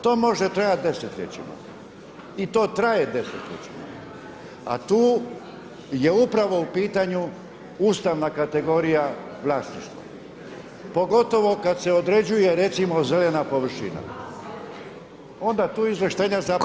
To može trajat desetljećima i to traje desetljećima, a tu je upravo u pitanju ustavna kategorija vlasništva pogotovo kad se određuje recimo zelena površina, onda tu izvlaštenja zapravo nema.